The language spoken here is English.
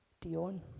Dion